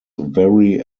very